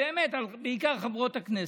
האמת, בעיקר חברות הכנסת.